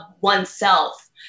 oneself